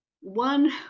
one